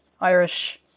Irish